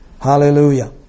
Hallelujah